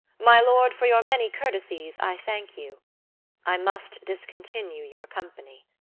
my lord, for your many courtesies i thank you i must discontinue your company.